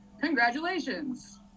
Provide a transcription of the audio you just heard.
congratulations